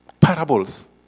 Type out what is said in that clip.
parables